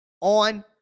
on